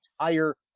entire